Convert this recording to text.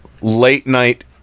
Late-night